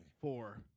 four